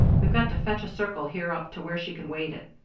we've got to fetch a circle here up to where she can wade it.